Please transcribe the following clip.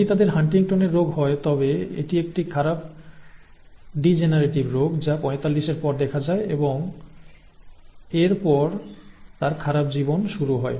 যদি তাদের হান্টিংটনের রোগ হয় তবে এটি একটি খারাপ ডিজেনারেটিভ রোগ যা 45 এর পর দেখা যায় এবং এর পর তার খারাপ জীবনশুরু হয়